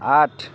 ଆଠ